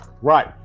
right